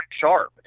sharp